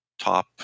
top